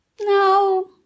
No